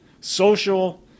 social